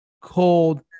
cold